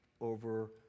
over